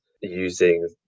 using